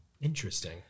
Interesting